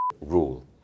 rule